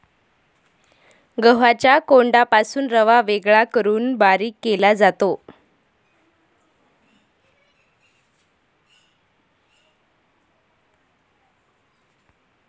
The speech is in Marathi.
गव्हाच्या कोंडापासून रवा वेगळा करून बारीक केला जातो